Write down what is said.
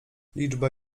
liczba